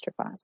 masterclass